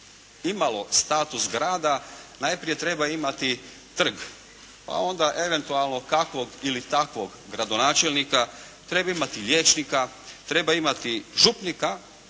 imalo status grada najprije treba imati trg pa onda eventualno kakvog ili takvog gradonačelnika. Treba imati liječnika, treba imati župnika,